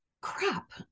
crap